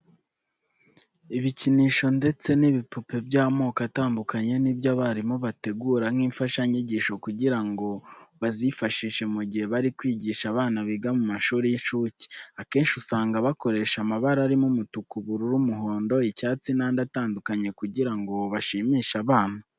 Ibikinisho ndetse n'ibipupe by'amoko atandukanye ni byo abarimu bategura nk'imfashanyigisho kugira ngo bazifashishe mu gihe bari kwigisha abana biga mu mashuri y'incuke. Akenshi usanga bakoresha amabara arimo umutuku, ubururu, umuhondo, icyatsi n'andi atandukanye kugira ngo bashimishe aba bana.